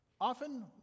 Often